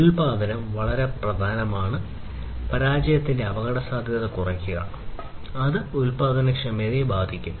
അവസാനത്തേത് വളരെ പ്രധാനമാണ് പരാജയത്തിന്റെ അപകടസാധ്യത കുറയ്ക്കുക അത് ഉൽപാദനക്ഷമതയെ ബാധിക്കും